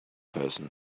person